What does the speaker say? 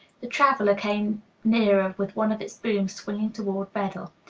the traveler came nearer, with one of its booms swinging toward bedell,